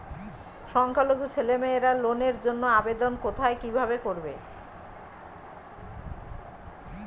সংখ্যালঘু ছেলেমেয়েরা লোনের জন্য আবেদন কোথায় কিভাবে করবে?